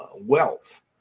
wealth